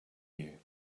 you